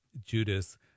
Judas